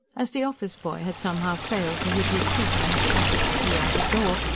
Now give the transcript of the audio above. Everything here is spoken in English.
as the office-boy had somehow failed to hit his seat on his passage to the outer door,